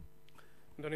במה?